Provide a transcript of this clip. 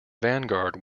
vanguard